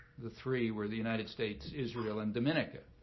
the three were the united states, israel, and dominica.